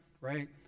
right